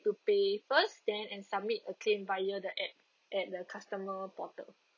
to pay first then and submit a claim via the app at the customer portal